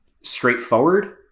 straightforward